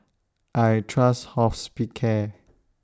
I Trust Hospicare